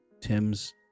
Tim's